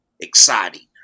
Exciting